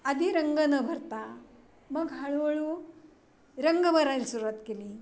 आधी रंग न भरता मग हळूहळू रंग भरायला सुरुवात केली